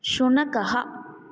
शुनकः